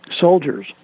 soldiers